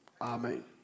Amen